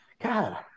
God